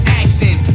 acting